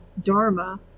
dharma